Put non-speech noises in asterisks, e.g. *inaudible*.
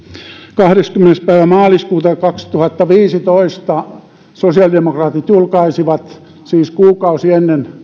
kahdeskymmenes päivä maaliskuuta kaksituhattaviisitoista sosiaalidemokraatit julkaisivat siis kuukausi ennen *unintelligible*